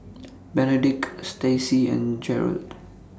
Benedict Staci and Gerold